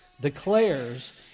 declares